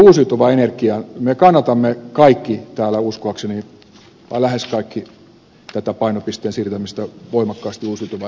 me kannatamme uskoakseni kaikki täällä tai lähes kaikki painopisteen siirtämistä voimakkaasti uusiutuvaan energiantuotantoon